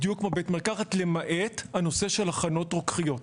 בדיוק כמו בבית מרקחת למעט הנושא של הכנות רוקחיות.